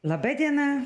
labai diena